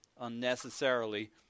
unnecessarily